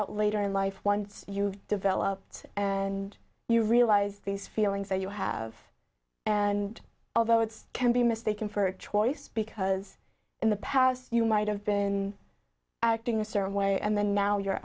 out later in life once you've developed and you realize these feelings that you have and all the words can be mistaken for choice because in the past you might have been acting a certain way and now you're